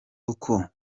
uko